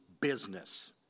business